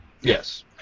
Yes